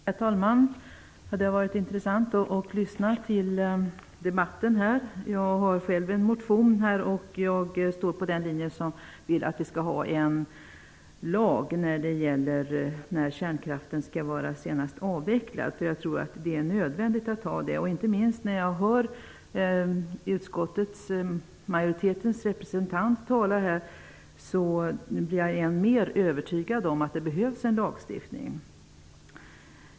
Herr talman! Det har varit intressant att lyssna till debatten. Jag har också väckt en motion och jag står bland dem som vill ha en lag för när kärnkraften senast skall vara avvecklad. Jag tror det är nödvändigt att ha det. När jag hör majoritetens representant tala här blir jag än mer övertygad om detta.